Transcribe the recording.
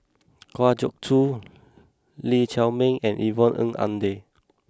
Kwa Geok Choo Lee Chiaw Meng and Yvonne Ng Uhde